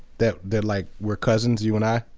that that like we're cousins, you and i?